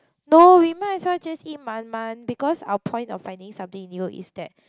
no we might as well just eat Miam Miam because our point of finding something new is that